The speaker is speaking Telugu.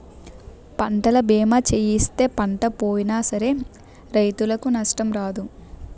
పంటల బీమా సేయిస్తే పంట పోయినా సరే రైతుకు నష్టం రాదు